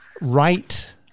right